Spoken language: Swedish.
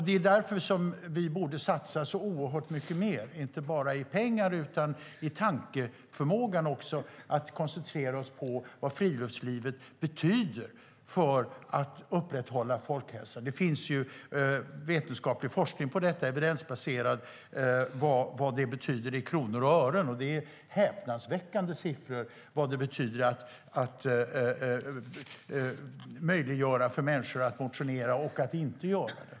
Det är därför som vi borde satsa mycket mer, inte bara i pengar utan också i tanken för att koncentrera oss på vad friluftslivet betyder för att upprätthålla folkhälsa. Det finns ju vetenskaplig evidensbaserad forskning om vad det betyder i kronor och ören att möjliggöra för människor att motionera och att inte göra det.